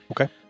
Okay